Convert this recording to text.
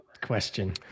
question